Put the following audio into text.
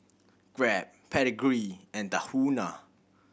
Grab Pedigree and Tahuna